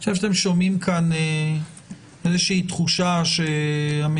אני חושב שאתם שומעים כאן איזושהי תחושה שהמציאות